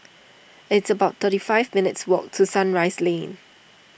it's about thirty five minutes' walk to Sunrise Lane